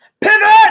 Pivot